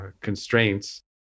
constraints